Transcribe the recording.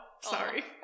Sorry